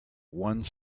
one